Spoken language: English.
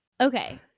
Okay